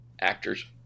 actors